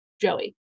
Joey